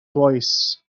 twice